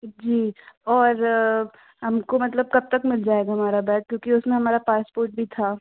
जी और हमको मतलब कब तक मिल जाएगा हमारा बैग क्योंकि उसमें हमारा पासपोर्ट भी था